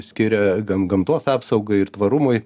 skiria gam gamtos apsaugai ir tvarumui